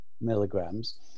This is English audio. milligrams